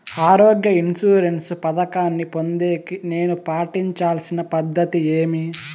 ఆరోగ్య ఇన్సూరెన్సు పథకాన్ని పొందేకి నేను పాటించాల్సిన పద్ధతి ఏమి?